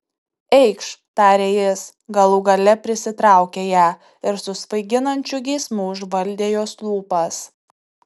eikš tarė jis galų gale prisitraukė ją ir su svaiginančiu geismu užvaldė jos lūpas